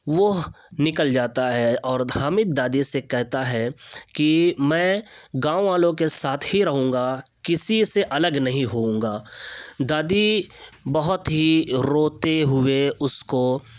وہ نکل جاتا ہے اور حامد دادی سے كہتا ہے كہ میں گاؤں والوں كے ساتھ ہی رہوں گا كسی سے الگ نہیں ہوؤں گا دادی بہت ہی روتے ہوئے اس کو